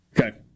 Okay